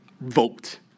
Vote